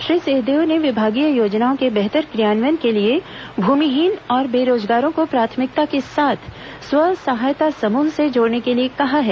श्री सिंहदेव ने विभागीय योजनाओं के बेहतर क्रियान्वयन के लिए भूमिहीन और बेरोजगारों को प्राथमिकता के साथ स्व सहायता समूह से जोड़ने के लिए कहा है